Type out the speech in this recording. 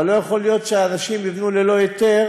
אבל לא יכול להיות שאנשים יבנו ללא היתר